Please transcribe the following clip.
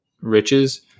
riches